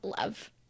love